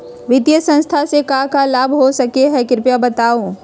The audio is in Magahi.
वित्तीय संस्था से का का लाभ हो सके हई कृपया बताहू?